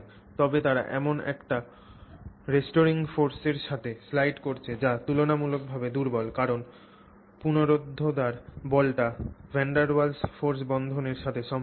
তবে তারা এমন একটি পুনরুদ্ধারকারী বলের সাথে স্লাইড করছে যা তুলনামূলকভাবে দুর্বল কারণ পুনরুদ্ধার বলটি ভ্যান ডের ওয়েল্স বন্ধনের সাথে সম্পর্কিত